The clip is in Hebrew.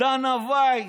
דנה ויס,